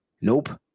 nope